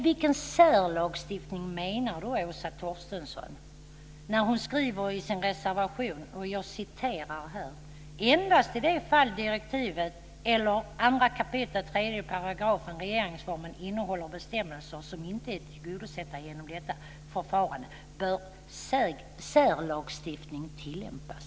Vilken särlagstiftning menar Åsa Torstensson när hon i sin reservation skriver: "Endast i de fall direktivet eller 2 kap. 3 § regeringsformen innehåller bestämmelser som inte tillgodoses genom detta förfarande bör särlagstiftning tillämpas."